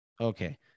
Okay